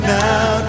now